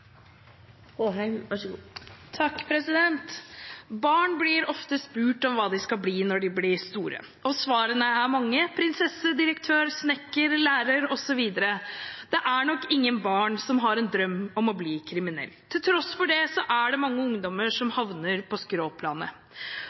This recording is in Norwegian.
Barn blir ofte spurt om hva de skal bli når de blir store. Svarene er mange: prinsesse, direktør, snekker, lærer, osv. Det er nok ingen barn som har en drøm om å bli kriminell. Til tross for det er det mange ungdommer som havner på skråplanet.